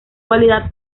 cualidad